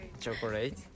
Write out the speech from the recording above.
Chocolate